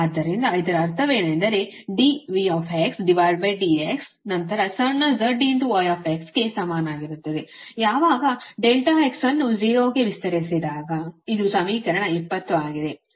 ಆದ್ದರಿಂದ ಇದರ ಅರ್ಥವೇನೆಂದರೆ dVdx ನಂತರ ಸಣ್ಣ z I ಗೆ ಸಮಾನವಾಗಿರುತ್ತದೆ ಯಾವಗ ∆x ನ್ನು 0 ಕ್ಕೆ ವಿಸ್ತರಿಸಿದಾಗ ಇದು ಸಮೀಕರಣ 20 ಆಗಿದೆ